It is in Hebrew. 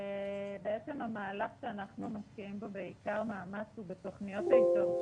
בעצם המהלך שאנחנו משקיעים בו בעיקר מאמץ הוא בתכניות ההתערבות,